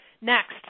next